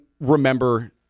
remember